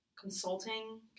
consulting